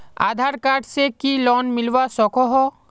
आधार card से की loan मिलवा सकोहो?